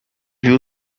view